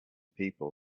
people